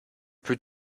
plus